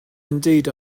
indeed